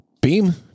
Beam